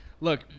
look